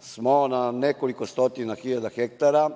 smo na nekoliko stotina hiljada hektara